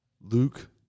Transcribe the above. luke